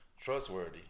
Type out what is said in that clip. trustworthy